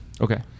okay